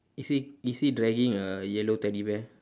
is he is he dragging a yellow teddy bear